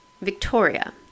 victoria